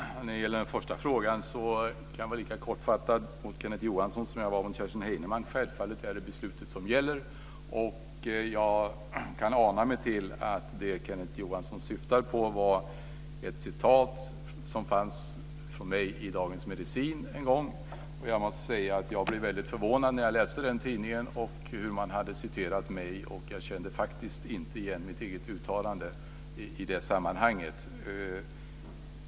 Fru talman! När det gäller den första frågan kan jag vara lika kortfattad mot Kenneth Johansson som jag var mot Kerstin Heinemann. Självfallet är det beslutet som gäller. Jag kan ana mig till att det som Kenneth Johansson syftar på är ett citat av mig som fanns i Dagens Medicin en gång. Jag måste säga att jag blev väldigt förvånad när jag läste den tidningen och hur man hade citerat mig. Jag kände faktiskt inte igen mitt eget uttalande i det sammanhanget.